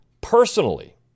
personally